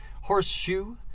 Horseshoe